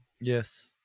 Yes